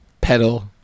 Pedal